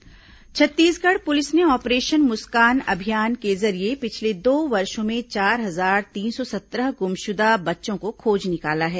operation Muskan Chhattisgarh police ने operation Muskan अभियान के जरिये पिछले दो वर्षों में चार हजार तीन सौ सत्रह ग्रमशुदा बच्चों को खोज निकाला है